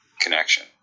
connection